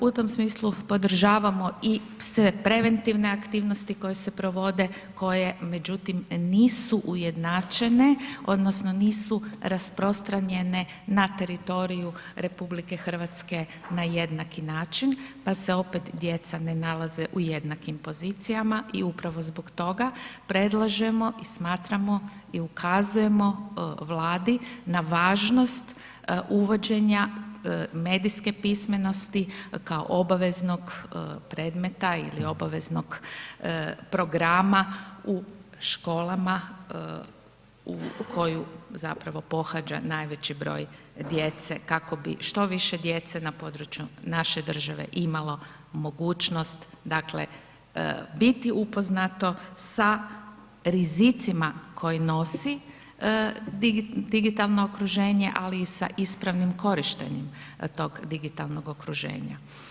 U tom smislu podržavamo i sve preventivne aktivnosti koje se provode koje međutim nisu ujednačene odnosno nisu rasprostranjene na teritoriju RH na jednaki način pa se opet djeca ne nalaze u jednakim pozicija i upravo zbog toga predlažemo i smatramo i ukazujemo Vladi na važnost uvođenja medijske pismenosti kao obaveznog predmet ili obaveznog programa u školama u koju zapravo pohađa najveći broj djece kako bi što više djece na području naše države imali mogućnost dakle niti upoznato sa rizicima koji nosi digitalno okruženje ali i sa ispravnim korištenjem tog digitalnom okruženja.